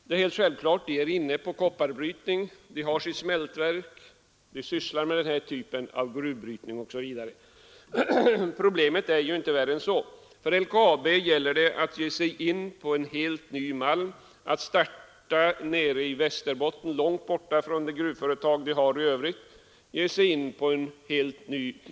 De är redan inne på kopparbrytning, de har sitt smältverk och de sysslar med denna typ av gruvbrytning. Problemet är inte värre än så. För LKAB skulle det gälla att ge sig in på en helt ny malm, att starta nere i Västerbotten, långt bort från det gruvföretag man har i övrigt.